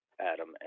Adam